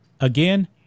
Again